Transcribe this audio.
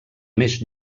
més